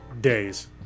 days